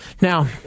Now